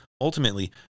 ultimately